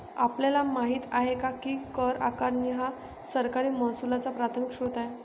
आपल्याला माहित आहे काय की कर आकारणी हा सरकारी महसुलाचा प्राथमिक स्त्रोत आहे